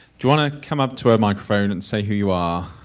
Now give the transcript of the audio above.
do you want to come up to a microphone and say who you are.